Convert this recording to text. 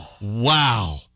Wow